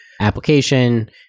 application